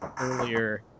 earlier